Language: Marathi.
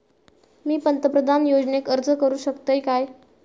मी पंतप्रधान योजनेक अर्ज करू शकतय काय?